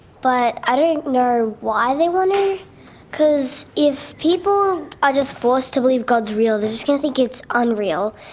but i don't know why they want to because if people are just forced to believe god's real, they're just going to think it's unreal,